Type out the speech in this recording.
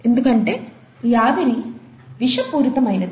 ఎందుకంటే ఈ ఆవిరి విషపూరితమైనది